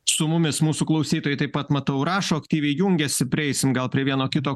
su mumis mūsų klausytojai taip pat matau rašo aktyviai jungiasi prieisim gal prie vieno kito